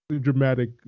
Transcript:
dramatic